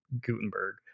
Gutenberg